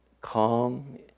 calm